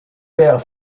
perd